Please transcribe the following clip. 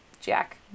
Jack